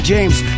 James